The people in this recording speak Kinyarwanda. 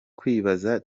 kwibaza